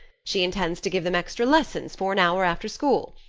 she intends to give them extra lessons for an hour after school.